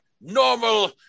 normal